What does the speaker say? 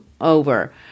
over